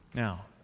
Now